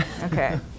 Okay